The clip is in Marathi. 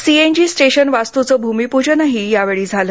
सीएनजी स्टेशन वास्तूचे भूमीपूजनही यावेळी झाले